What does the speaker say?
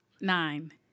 nine